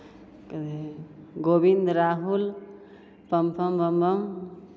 गोविन्द राहुल पमपम बमबम